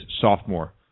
sophomore